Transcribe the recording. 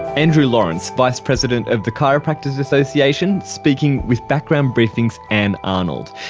andrew lawrence, vice president of the chiropractors association, speaking with background briefing's ann arnold.